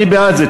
אני בעד זה.